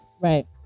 Right